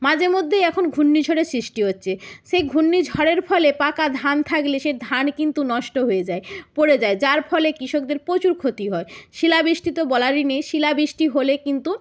মাঝেমধ্যেই এখন ঘূন্নিঝড়ের সিষ্টি হচ্চে সেই ঘুর্ণিঝড়ের ফলে পাকা ধান থাকলে সে ধান কিন্তু নষ্ট হয়ে যায় পড়ে যায় যার ফলে কৃষকদের প্রচুর ক্ষতি হয় শিলাবৃষ্টি তো বলারই নেই শিলাবৃষ্টি হলে কিন্তু